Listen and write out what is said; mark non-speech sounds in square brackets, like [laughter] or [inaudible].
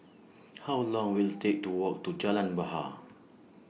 [noise] How Long Will IT Take to Walk to Jalan Bahar